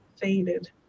faded